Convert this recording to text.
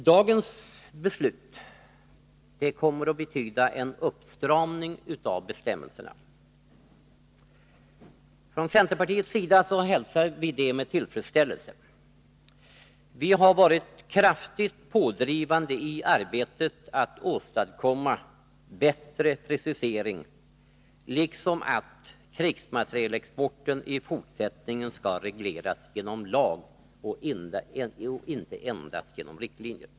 Dagens beslut kommer att betyda en uppstramning av bestämmelserna. Från centerpartiets sida hälsar vi det med tillfredsställelse. Vi har varit kraftigt pådrivande i arbetet att åstadkomma bättre precisering. Vi har också drivit på för att krigsmaterielexporten i fortsättningen skall regleras genom lag och inte endast genom riktlinjer.